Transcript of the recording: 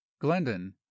Glendon